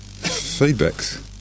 Feedbacks